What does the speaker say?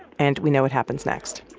and we know what happens next